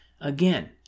Again